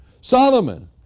Solomon